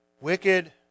wicked